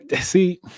See